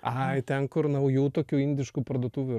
ai ten kur naujų tokių indiškų parduotuvių